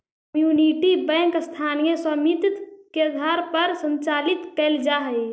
community bank स्थानीय स्वामित्व के आधार पर संचालित कैल जा हइ